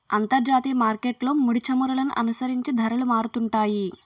అంతర్జాతీయ మార్కెట్లో ముడిచమురులను అనుసరించి ధరలు మారుతుంటాయి